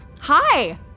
Hi